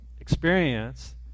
experience